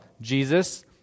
Jesus